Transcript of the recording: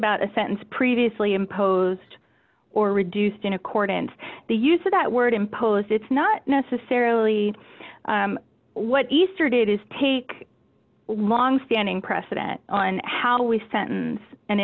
about a sentence previously imposed or reduced in accordance to the use of that word impose it's not necessarily what easter day does take longstanding precedent on how we sentence an